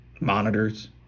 monitors